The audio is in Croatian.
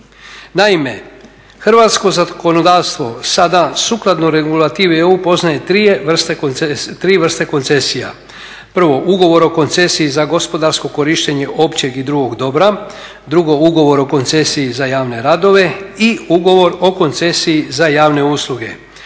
Naime, hrvatsko zakonodavstvo sada sukladno regulativi EU poznaje tri vrste koncesija. Prvo, ugovor o koncesiji za gospodarsko korištenje općeg i drugog dobra. Drugo, ugovor o koncesiji za javne radove i ugovor o koncesiji za javne usluge.